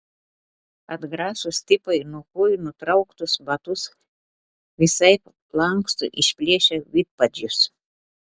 atgrasūs tipai nuo kojų nutrauktus batus visaip lanksto išplėšia vidpadžius